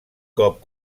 cop